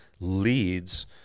leads